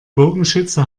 bogenschütze